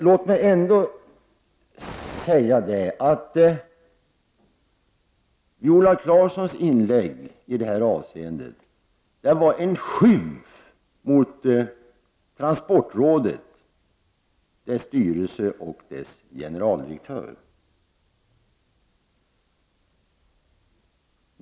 Låt mig ändå säga att Viola Claessons inlägg var en skymf mot transportrådet, dess styrelse och dess generaldirektör.